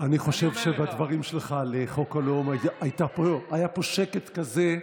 אני חושב שבדברים שלך על חוק הלאום היה פה שקט כזה,